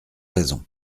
raison